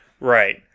Right